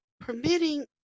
permitting